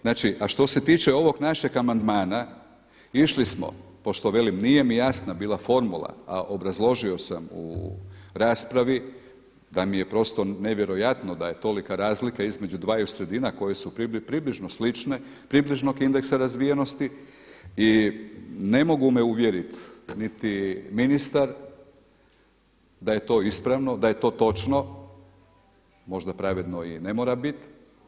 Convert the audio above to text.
Znači a što se ovog našeg amandman išli smo, pošto velim nije mi jasna bila formula a obrazložio sam u raspravi da mi je prosto nevjerojatno da je tolika razlika između dvaju sredina koje su približno slične, približnog indeksa razvijenosti i ne mogu me uvjerit niti ministar da je to ispravno, da je to točno, možda pravedno i ne mora bit.